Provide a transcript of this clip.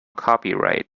copyright